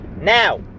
Now